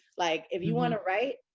like if you want to write.